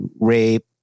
rape